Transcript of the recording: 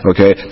Okay